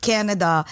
Canada